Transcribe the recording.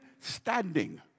standing